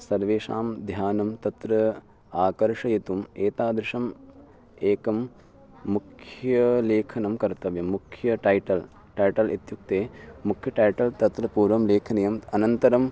सर्वेषां ध्यानं तत्र आकर्षयितुम् एतादृशम् एकं मुख्यलेखनं कर्तव्यं मुख्य टैटल् टैटल् इत्युक्ते मुक्यटैटल् तत्र पूर्वं लेखनीयम् अनन्तरं